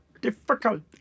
Difficult